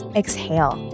exhale